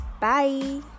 bye